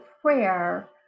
prayer